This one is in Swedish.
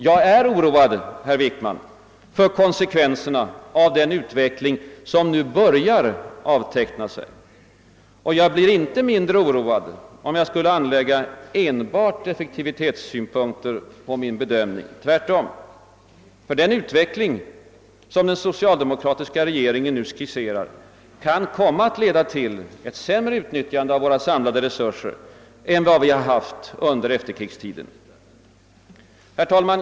Jag är oroad, herr Wickman, för konsekvenserna av den utveckling som nu börjar avteckna sig, och jag blir inte mindre oroad om jag skulle anlägga enbart effektivitetssynpunkter på min bedömning, tvärtom. Den utveckling som den socialdemokratiska regeringen nu skisserar kan komma att leda till ett sämre utnyttjande av våra samlade resurser än vad vi har haft under efterkrigstiden. Herr talman!